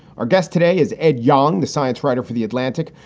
our guest today is ed young, the science writer for the atlantic,